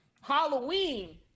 Halloween